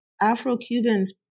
Afro-Cubans